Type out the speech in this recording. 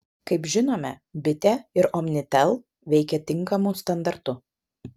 kaip žinome bitė ir omnitel veikia tinkamu standartu